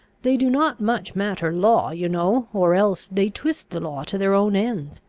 they do not much matter law, you know or else they twist the law to their own ends,